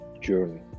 journey